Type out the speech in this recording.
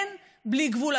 אין בלי גבול.